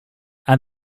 and